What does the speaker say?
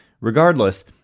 regardless